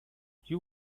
you